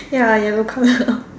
ya yellow colour